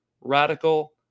Radical